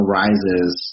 rises